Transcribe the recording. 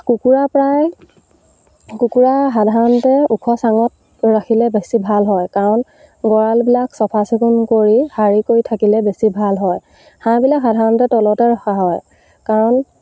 কুকুৰা প্ৰায় কুকুৰা সাধাৰণতে ওখ চাঙত ৰাখিলে বেছি ভাল হয় কাৰণ গড়ালবিলাক চাফাচিকুণ কৰি সাৰি কৰি থাকিলে বেছি ভাল হয় হাঁহবিলাক সাধাৰণতে তলতে ৰখা হয় কাৰণ